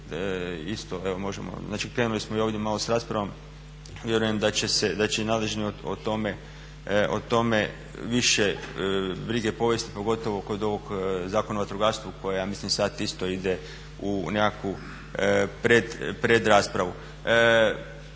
isto, evo možemo, znači krenuli smo i ovdje malo s raspravom. Vjerujem da će i nadležni o tome više brige povesti pogotovo kod ovog Zakona o vatrogastvu koja ja mislim sada isto ide u nekakvu predraspravu.